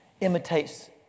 imitates